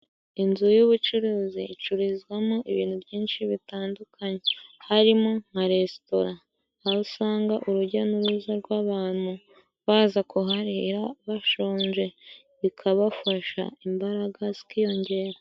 Inzu y'ubucuruzi icururizwamo ibintu byinshi bitandukanye harimo nka resitora. Aho usanga urujya n'uruza rw'abantu baza kuharira bashonje bikabafasha ,imbaraga zikiyongera.